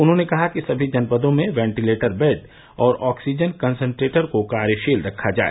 उन्होंने कहा कि सभी जनपदों में वेंटीलेटर बेड और ऑक्सीजन कंसंट्रेटर को कार्यशील रखा जाए